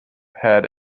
had